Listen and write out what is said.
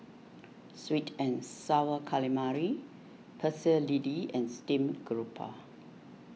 Sweet and Sour Calamari Pecel Lele and Steamed Garoupa